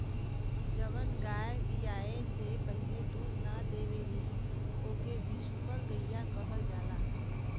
जवन गाय बियाये से पहिले दूध ना देवेली ओके बिसुकुल गईया कहल जाला